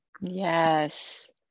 Yes